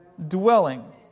dwelling